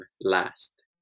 last